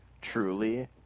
truly